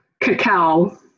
Cacao